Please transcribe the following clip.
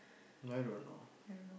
I don't know